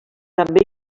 també